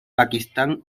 pakistán